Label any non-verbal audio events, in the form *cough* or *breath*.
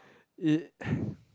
it *breath*